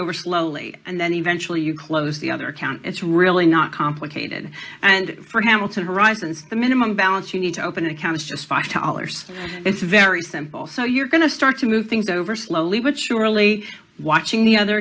over slowly and then eventually you close the other account it's really not complicated and for hamilton horizons the minimum balance you need to open an account is just five dollars it's very simple so you're going to start to move things over slowly but surely watching the other